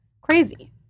crazy